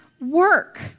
work